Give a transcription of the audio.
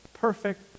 perfect